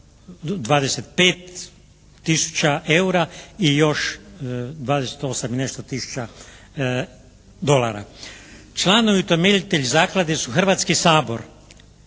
25 tisuća eura i još 28 i nešto tisuća dolara. Članovi i utemeljitelj zaklade su Hrvatski sabor,